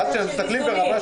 זה עניין של איזון,